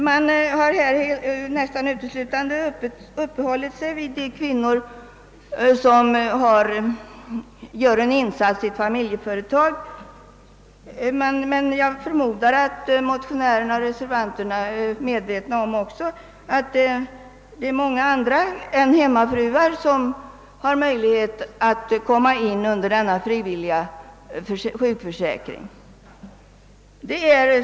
Man har här nästan uteslutande uppehållit sig vid de kvinnor som gör en insats i familjeföretag. Jag förmodar emellertid att motionärerna och reservanterna också är medvetna om att det finns många andra än hemmafruar som kan komma i åtnjutande av denna frivilliga sjukförsäkring.